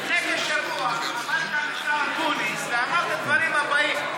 לפני כשבוע עמד כאן השר אקוניס ואמר את הדברים הבאים: